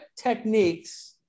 techniques